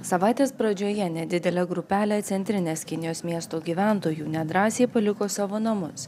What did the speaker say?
savaitės pradžioje nedidelė grupelė centrinės kinijos miestų gyventojų nedrąsiai paliko savo namus